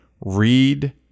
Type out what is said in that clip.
Read